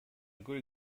good